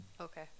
okay